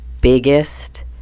biggest